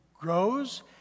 grows